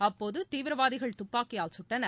அப்போது தீவிரவாதிகள் துப்பாக்கியால் சுட்டனர்